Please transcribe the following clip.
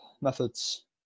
methods